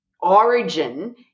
origin